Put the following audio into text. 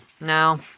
No